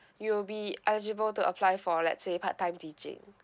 you'll be eligible to apply for let's say part time teaching